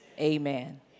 amen